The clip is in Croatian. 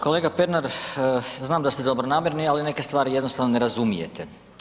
Kolega Pernar, znam da ste dobronamjerni, ali neke stvari jednostavno ne razumijete.